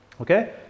Okay